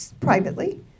privately